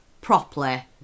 properly